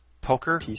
Poker